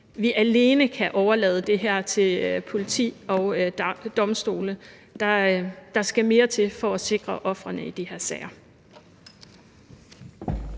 vi alene kan overlade det her til politiet og domstolene. Der skal mere til for at sikre ofrene i de her sager.